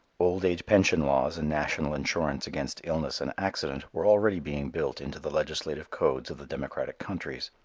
old age pension laws and national insurance against illness and accident were already being built into the legislative codes of the democratic countries.